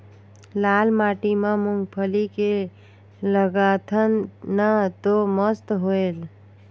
लाल माटी म मुंगफली के लगाथन न तो मस्त होयल?